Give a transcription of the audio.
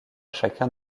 chacun